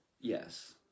Yes